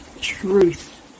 truth